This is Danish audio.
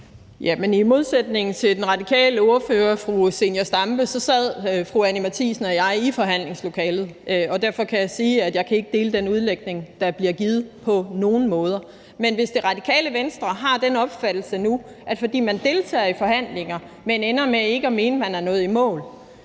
i modsætning til den radikale ordfører, fru Zenia Stampe, sad fru Anni Matthiesen og jeg i forhandlingslokalet, og derfor kan jeg sige, at jeg ikke på nogen måde kan dele den udlægning, der bliver givet. Men hvis Radikale Venstre har den opfattelse, at når man deltager i forhandlinger, men ender med at mene, at man ikke er nået i mål,